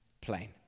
plain